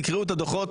תקראו את הדוחות,